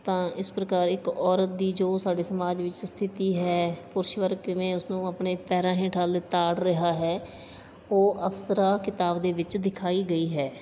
ਤਾਂ ਇਸ ਪ੍ਰਕਾਰ ਇੱਕ ਔਰਤ ਦੀ ਜੋ ਸਾਡੇ ਸਮਾਜ ਵਿੱਚ ਸਥਿਤੀ ਹੈ ਪੁਰਸ਼ ਵਰਗ ਕਿਵੇਂ ਉਸ ਨੂੰ ਆਪਣੇ ਪੈਰਾਂ ਹੇਠਾਂ ਲਿਤਾੜ ਰਿਹਾ ਹੈ ਉਹ ਅਪਸਰਾ ਕਿਤਾਬ ਦੇ ਵਿੱਚ ਦਿਖਾਈ ਗਈ ਹੈ